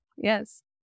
Yes